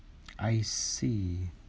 I see